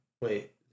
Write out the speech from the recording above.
wait